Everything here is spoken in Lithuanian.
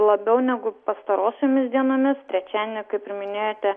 labiau negu pastarosiomis dienomis trečiadienį kaip ir minėjote